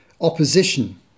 opposition